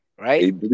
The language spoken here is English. right